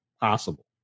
Possible